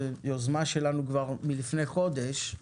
יוזמה שלנו כבר מלפני חודש,